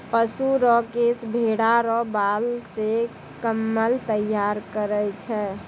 पशु रो केश भेड़ा रो बाल से कम्मल तैयार करै छै